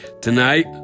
tonight